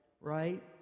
right